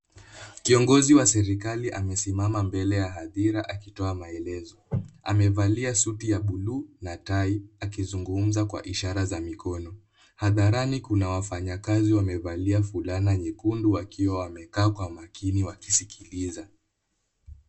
Kiongozi wa serikali amesimama mbele ya hadhira akitoa maelezo. Amevalia suti ya buluu na tai akizungumza kwa ishara za mikono. Hadharani kuna wafanyakazi wamevalia fulana nyekundu wakiwa wamekaa kwa makini wakisikiliza.